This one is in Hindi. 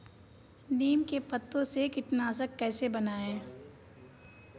नीम के पत्तों से कीटनाशक कैसे बनाएँ?